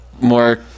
More